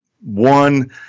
One